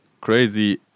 crazy